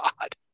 God